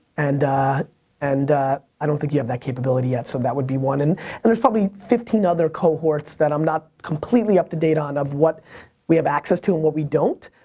and and i don't think you have that capability yet, so that would be one. and and there's probably fifteen other cohorts that i'm not completely up-to-date on of what we have access to and what we don't,